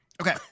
Okay